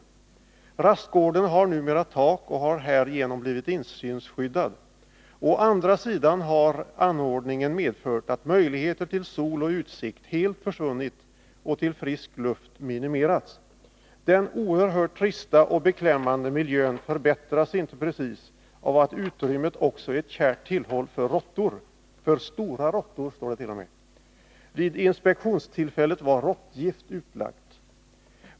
Rastgården har numera tak och har härigenom blivit insynsskyddad. Å andra sidan har anordningen medfört att möjligheter till sol och utsikt helt försvunnit och till frisk luft minimerats. Den oerhört trista och beklämmande miljön förbättras inte precis av att utrymmet också är ett kärt tillhåll för stora råttor. Vid inspektionstillfället var råttgift utlagt.